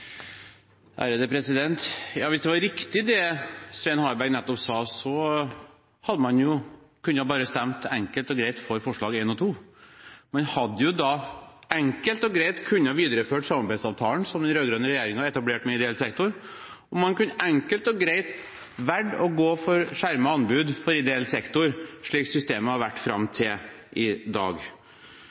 Hvis det var riktig, det som Svein Harberg nettopp sa, kunne man enkelt og greit bare stemme for forslagene nr. 1 og 2. Man kunne da enkelt og greit videreføre den samarbeidsavtalen som den rød-grønne regjeringen etablerte med ideell sektor, og man kunne enkelt og greit velge å gå inn for ordningen med skjermede anbud for ideell sektor, slik systemet har vært fram til i dag.